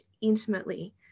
intimately